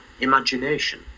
imagination